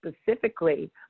specifically